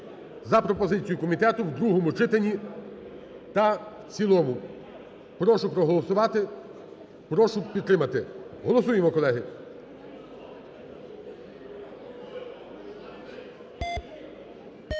за пропозицією комітету в другому читанні та в цілому. Прошу проголосувати. Прошу підтримати. Голосуємо, колеги!